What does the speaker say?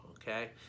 Okay